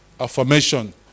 Affirmation